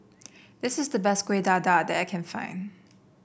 this is the best Kueh Dadar that I can find